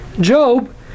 Job